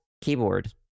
keyboard